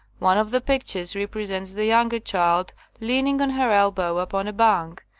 one of the pictures represents the younger child leaning on her elbow upon a bank,